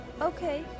Okay